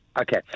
Okay